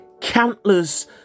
Countless